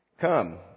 Come